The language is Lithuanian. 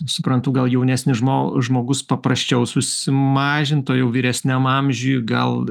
suprantu gal jaunesnį žmo žmogus paprasčiau susimažint o jau vyresniam amžiui gal